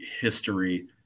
history